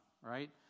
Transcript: right